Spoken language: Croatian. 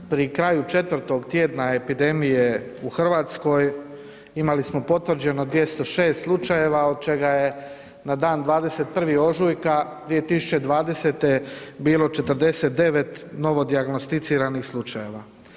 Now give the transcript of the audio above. Pri kraju 4 tjedna epidemije u Hrvatskoj imali smo potvrđeno 206 slučajeva od čega je na dan 21. ožujka 2020. bilo 49 novo dijagnosticiranih slučajeva.